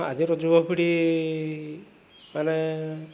ଆଜିର ଯୁବପିଢ଼ି ମାନେ